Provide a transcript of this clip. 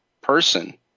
person